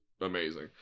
amazing